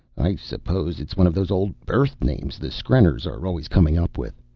i suppose it's one of those old earth names the skrenners are always coming up with.